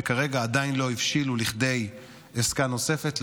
שכרגע עדיין לא הבשילו לכדי עסקה נוספת,